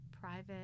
private